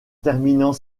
terminant